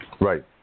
Right